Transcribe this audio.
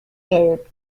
gelb